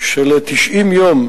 של 90 היום,